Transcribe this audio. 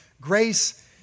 grace